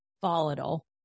volatile